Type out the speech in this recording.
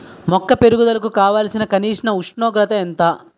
మొక్క పెరుగుదలకు కావాల్సిన కనీస ఉష్ణోగ్రత ఎంత?